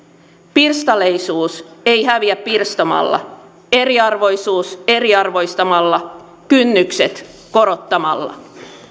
pirstaleisuus ei häviä pirstomalla eriarvoisuus eriarvoistamalla kynnykset korottamalla